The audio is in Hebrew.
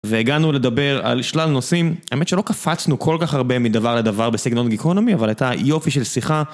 והגענו לדבר על שלל נושאים, האמת שלא קפצנו כל כך הרבה מדבר לדבר בסגנון גיקונומי, אבל הייתה יופי של שיחה.